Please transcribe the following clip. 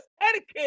etiquette